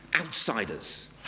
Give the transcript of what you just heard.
outsiders